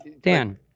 Dan